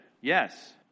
Yes